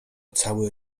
cały